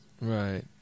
Right